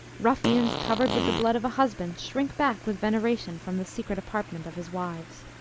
ruffians, covered with the blood of a husband, shrink back with veneration from the secret apartment of his wives.